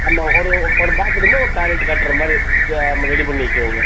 ஆமாம் ஒரு ஒரு பாத் ரூமு ஒரு டாய்லெட் கட்டுற மாதிரி இது ரெடி பண்ணிக்கணுங்க